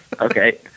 okay